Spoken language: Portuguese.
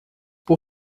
por